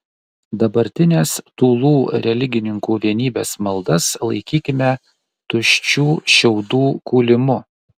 dabartinės tūlų religininkų vienybės maldas laikykime tuščių šiaudų kūlimu